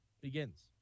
begins